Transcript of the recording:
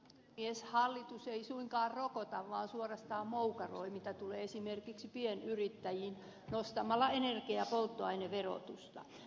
hallitus ei suinkaan rokota vaan suorastaan moukaroi mitä tulee esimerkiksi pienyrittäjiin nostamalla energia ja polttoaineverotusta